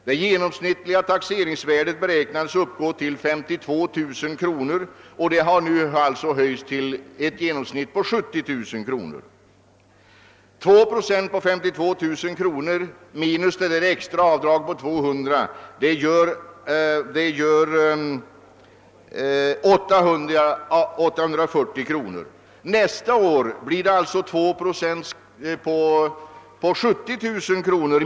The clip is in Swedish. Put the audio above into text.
Det genomsnittliga taxeringsvärdet beräknas uppgå till 52 000 kr., och detta har nu höjts till 70 000 kr. 2 procent på 52 000 kr. minus det extra avdraget på 200 kr. gör 840 kr. Nästa år blir det alltså 2 procent på 70 000 kr.